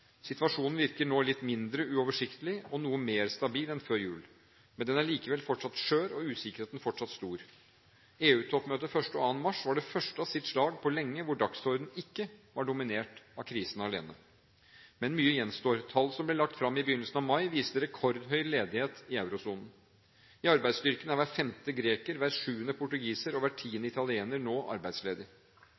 Situasjonen virker nå litt mindre uoversiktlig og noe mer stabil enn før jul. Men den er likevel fortsatt skjør, og usikkerheten er fortsatt stor. EU-toppmøtet 1. og 2. mars var det første av sitt slag på lenge hvor dagsordenen ikke var dominert av krisen alene. Men mye gjenstår. Tall som ble lagt fram i begynnelsen av mai, viste rekordhøy ledighet i eurosonen. I arbeidsstyrken er hver femte greker, hver sjuende portugiser og hver tiende italiener nå arbeidsledig.